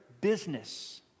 business